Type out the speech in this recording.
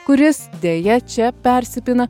kuris deja čia persipina